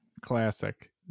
Classic